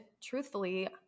truthfully